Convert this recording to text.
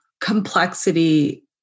complexity